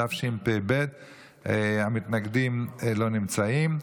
התשפ"ב 2021. המתנגדים לא נמצאים,